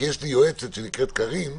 כי יש לי יועצת שנקראת קארין,